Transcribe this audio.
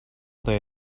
they